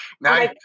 Now